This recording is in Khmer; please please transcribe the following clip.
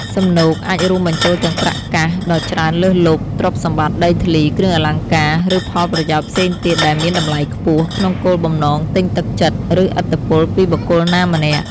សំណូក អាចរួមបញ្ចូលទាំងប្រាក់កាសដ៏ច្រើនលើសលប់ ទ្រព្យសម្បត្តិ ដីធ្លី គ្រឿងអលង្ការ ឬផលប្រយោជន៍ផ្សេងទៀតដែលមានតម្លៃខ្ពស់ ក្នុងគោលបំណងទិញទឹកចិត្ត ឬឥទ្ធិពលពីបុគ្គលណាម្នាក់។